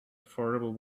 affordable